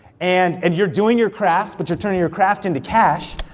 and and you're doing your craft but you're turning your craft into cash,